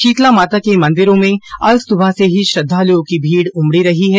शीतला माता के मन्दिरों में अल सुबह से ही श्रद्वालुओं की भीड़ उमड़ रही है